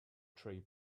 tree